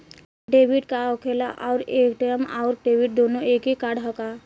Debit card का होखेला और ए.टी.एम आउर डेबिट दुनों एके कार्डवा ह का?